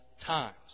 times